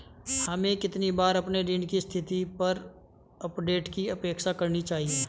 हमें कितनी बार अपने ऋण की स्थिति पर अपडेट की अपेक्षा करनी चाहिए?